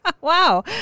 Wow